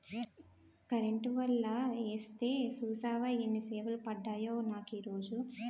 Current వల యేస్తే సూసేవా యెన్ని సేపలు పడ్డాయో నాకీరోజు?